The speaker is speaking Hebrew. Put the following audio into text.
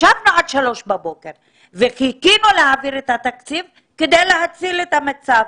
ישבנו עד השעה 03:00 בבוקר וחיכינו להעביר את התקציב כדי להציל את המצב,